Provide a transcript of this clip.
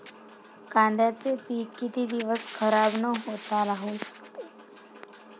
कांद्याचे पीक किती दिवस खराब न होता राहू शकते?